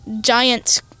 giant